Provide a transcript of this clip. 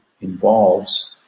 involves